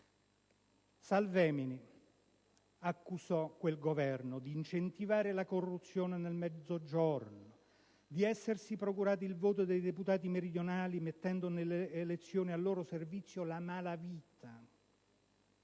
Salvemini accusò quel Governo di incentivare la corruzione nel Mezzogiorno e di essersi procurato il voto dei deputati meridionali mettendo nelle elezioni, al loro servizio, la malavita.